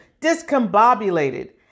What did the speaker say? discombobulated